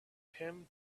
him